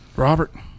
Robert